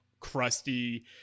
Crusty